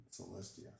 Celestia